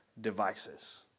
devices